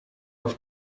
auf